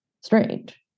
strange